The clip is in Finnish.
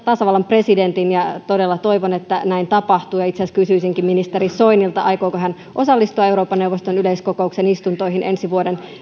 tasavallan presidentin todella toivon että näin tapahtuu itse asiassa kysyisinkin ministeri soinilta aikooko hän osallistua euroopan neuvoston yleiskokouksen istuntoihin ensi vuoden